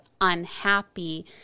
unhappy